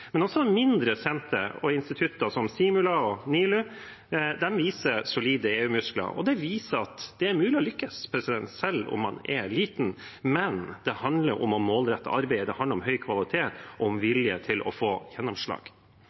men også mindre senter og institutt, som Simula og NILU, viser solide EU-muskler, og det viser at det er mulig å lykkes selv om man er liten. Men det handler om å målrette arbeidet, det handler om høy kvalitet og om vilje til å få gjennomslag.